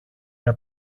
για